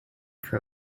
pro